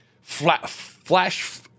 Flash